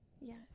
Yes